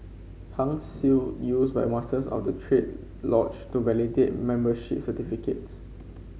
Hung Seal used by Masters of the triad lodge to validate membership certificates